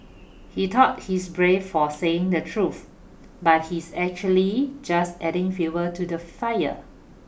he thought he's brave for saying the truth but he's actually just adding fuel to the fire